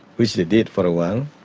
which they did for a while,